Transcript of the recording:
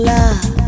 Love